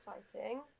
exciting